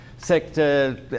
Sector